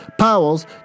Powell's